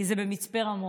כי זה במצפה רמון.